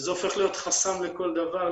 וזה הופך להיות חסם לכל דבר,